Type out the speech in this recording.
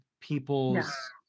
people's